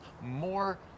more